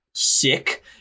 sick